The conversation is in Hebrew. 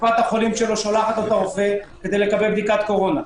קופת החולים שלו שולחת את הרופא לקבל את בדיקת הקורונה.